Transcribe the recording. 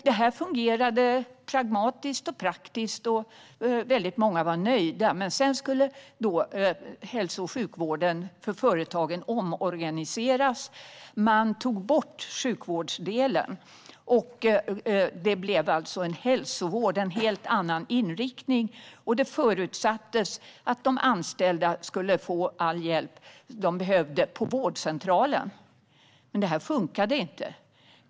Detta fungerade pragmatiskt och praktiskt. Väldigt många var nöjda. Men sedan skulle hälso och sjukvården för företagen omorganiseras. Man tog bort sjukvårdsdelen från företagen, och det som blev kvar blev hälsovård och hade alltså en helt annan inriktning. Det förutsattes att de anställda skulle få all den hjälp de behövde på vårdcentralen. Detta funkade dock inte.